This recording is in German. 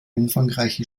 umfangreiche